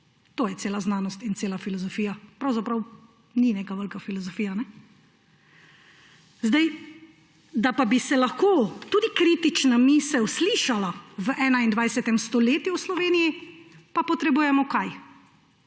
To je cela znanost in cela filozofija. Pravzaprav ni neka velika filozofija. Da pa bi se lahko tudi kritična misel slišala v 21. stoletju v Sloveniji, pa potrebujemo – kaj?